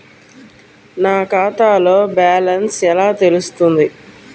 నా ఖాతాలో బ్యాలెన్స్ ఎలా తెలుస్తుంది?